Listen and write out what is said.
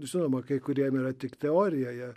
žinoma kai kuriem yra tik teorijoje